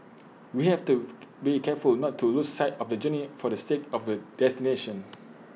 we have to be careful not to lose sight of the journey for the sake of the destination